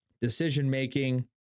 decision-making